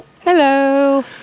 Hello